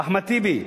אחמד טיבי,